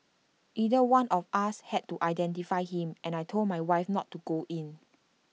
either one of us had to identify him and I Told my wife not to go in